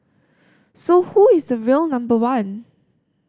so who is the real number one